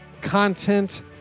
content